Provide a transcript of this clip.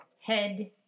head